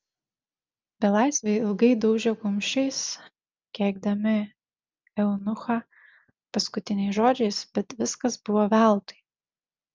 belaisviai ilgai daužė kumščiais keikdami eunuchą paskutiniais žodžiais bet viskas buvo veltui